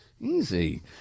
easy